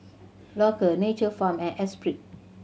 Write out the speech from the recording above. Loacker Nature Farm and Espirit